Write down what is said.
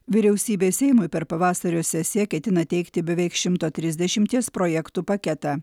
vyriausybė seimui per pavasario sesiją ketina teikti beveik šimto trisdešimties projektų paketą